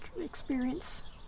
experience